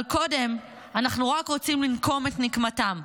אבל קודם אנחנו רק רוצים לנקום את נקמתם.